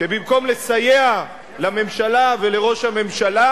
שבמקום לסייע לממשלה ולראש הממשלה,